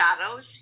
shadows